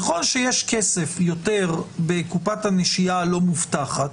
ככל שיש יותר כסף בקופת הנשייה הלא מובטחת,